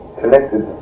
connected